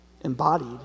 embodied